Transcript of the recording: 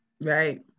Right